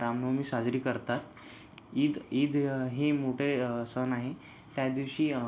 रामनवमी साजरी करतात ईद ईद हे मोठे सण आहे त्या दिवशी